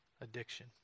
addiction